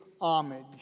homage